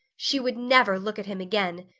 she would never look at him again!